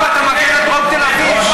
אתה מגן על דרום תל אביב.